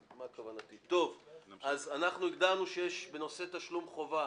אז הגדרנו שיש בנושא תשלום חובה